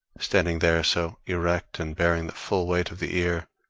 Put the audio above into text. standing there so erect and bearing the full weight of the ear,